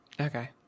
Okay